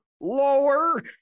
lower